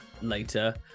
later